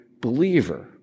believer